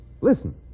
Listen